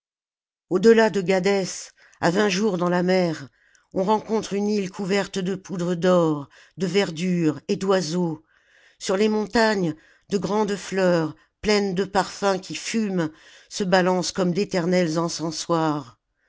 delà de gadès à vingt jours dans la mer on rencontre une île couverte de poudre d'or de verdure et d'oiseaux sur les montagnes de grandes fleurs pleines de parfums qui fument se balancent comme d'éternels encensoirs